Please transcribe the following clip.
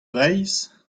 breizh